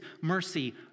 mercy